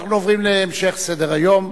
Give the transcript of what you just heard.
אנחנו עוברים להמשך סדר-היום.